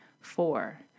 Four